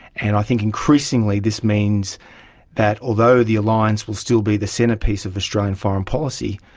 and i think increasingly this means that although the alliance will still be the centrepiece of australian foreign policy,